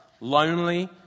lonely